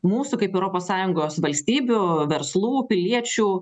mūsų kaip europos sąjungos valstybių verslų piliečių